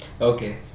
Okay